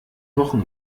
wochen